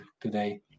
today